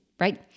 right